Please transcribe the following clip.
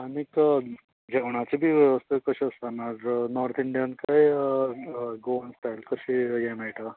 आनीक जेवणाची बी वेवस्था कशी आसा हांगा नोर्थ इंडियन काय गोवन स्टायल कशे हे मेळटा